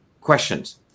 questions